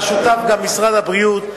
לה שותף גם משרד הבריאות,